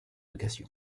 occasion